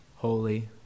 Holy